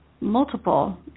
multiple